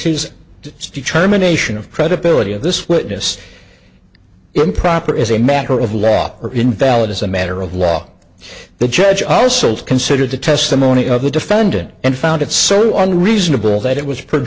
stick terminations of credibility of this witness improper is a matter of law or invalid as a matter of law the judge also considered the testimony of the defendant and found it so unreasonable that it was p